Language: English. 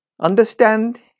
understand